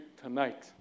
tonight